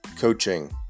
Coaching